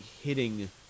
hitting